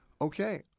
Okay